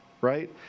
right